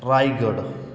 Raigad